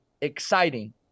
exciting